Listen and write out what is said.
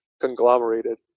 conglomerated